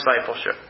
discipleship